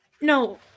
no